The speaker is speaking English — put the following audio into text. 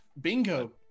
bingo